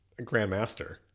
Grandmaster